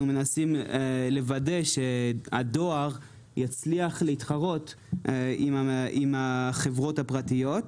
מנסים לוודא שהדואר יצליח להתחרות עם החברות הפרטיות,